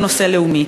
הוא נושא לאומי.